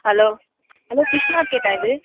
hello hello fish மார்க்கெட்டா இது